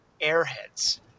airheads